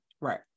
right